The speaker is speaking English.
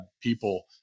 people